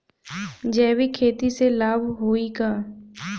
जैविक खेती से लाभ होई का?